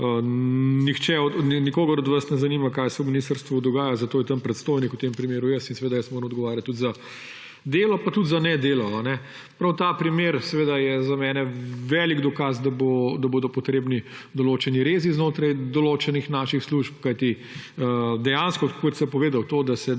nikogar od vas ne zanima, kaj se na ministrstvu dogaja, zato je tam predstojnik, v tem primeru jaz in seveda jaz moram odgovarjati tudi za delo pa tudi za nedelo. Prav ta primer je za mene velik dokaz, da bodo potrebni določeni rezi znotraj določenih naših služb, kajti dejansko, kot ste povedali, to da se